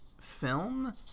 film